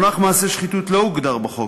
המונח "מעשה שחיתות" לא הוגדר בחוק,